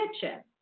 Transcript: kitchen